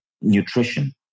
nutrition